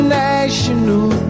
national